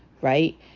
right